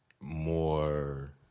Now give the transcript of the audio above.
more